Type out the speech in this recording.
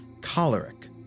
choleric